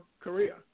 Korea